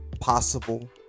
possible